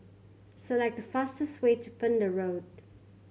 select the fastest way to Pender Road